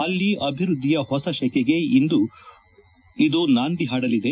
ಅಲ್ಲಿ ಅಭಿವೃದ್ಧಿಯ ಹೊಸ ಶೆಖೆಗೆ ಇದು ನಾಂದಿ ಹಾಡಲಿದೆ